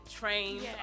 trained